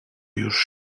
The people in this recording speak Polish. już